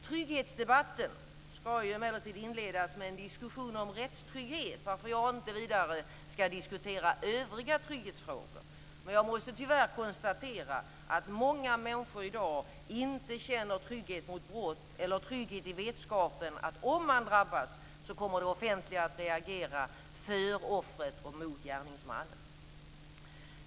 Trygghetsdebatten ska emellertid inledas med en diskussion om rättstrygghet, varför jag inte vidare ska diskutera övriga trygghetsfrågor. Men jag måste tyvärr konstatera att många människor i dag inte känner trygghet mot brott eller trygghet i vetskapen att om man drabbas kommer det offentliga att reagera för offret och mot gärningsmannen.